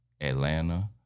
Atlanta